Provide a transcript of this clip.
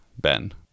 Ben